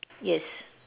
yes